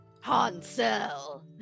Hansel